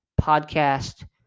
Podcast